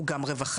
הוא גם רווחה.